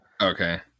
Okay